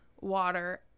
water